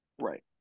Right